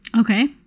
Okay